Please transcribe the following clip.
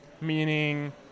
meaning